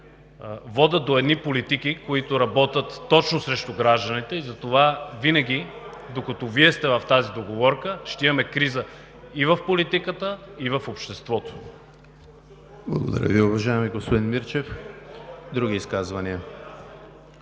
водят до едни политики, които работят точно срещу гражданите и затова винаги, докато Вие сте в тази договорка, ще имаме криза и в политиката, и в обществото. ПРЕДСЕДАТЕЛ ЕМИЛ ХРИСТОВ: Благодаря Ви, уважаеми господин Мирчев. Други изказвания?